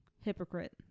hypocrite